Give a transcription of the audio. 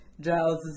Giles